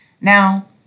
Now